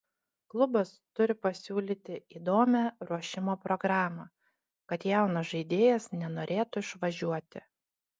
klubas turi pasiūlyti įdomią ruošimo programą kad jaunas žaidėjas nenorėtų išvažiuoti